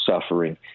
suffering